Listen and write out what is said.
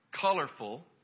colorful